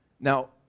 Now